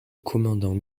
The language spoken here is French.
commandant